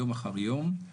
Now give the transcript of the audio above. יום אחר יום.